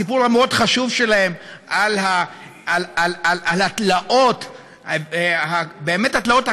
הסיפור המאוד-חשוב שלהם על התלאות הקשות